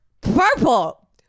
purple